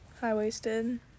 High-waisted